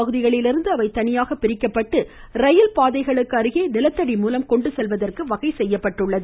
பகுதிகளிலிருந்து அவை குடியிருப்பு தனியாக பிரிக்கப்பட்டு ரயில்பாதைகளுக்கு அருகே நிலத்தடி மூலம் கொண்டு செல்வதற்கு வகை செய்யப்பட்டுள்ளது